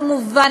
כמובן,